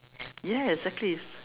yes exactly